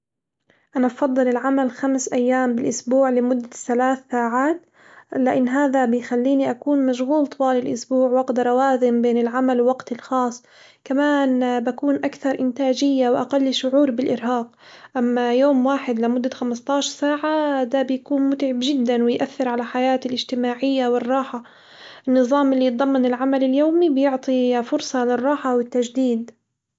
أنا بفضل العمل خمس أيام بالأسبوع لمدة ثلاث ساعات، لإن هذا بيخليني مشغول طوال الأسبوع وأقدر أوازن بين العمل ووقتي الخاص، كمان بكون أكثر إنتاجية وأقل شعور بالإرهاق، أما يوم واحد لمدة خمستاش ساعة ده بيكون متعب جدًا ويأثر على حياتي الاجتماعية والراحة، النظام اللي يتضمن العمل اليومي بيعطي فرصة للراحة والتجديد.